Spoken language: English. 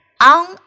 on